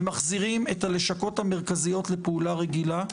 ומחזירים את הלשכות המרכזיות לפעולה רגילה,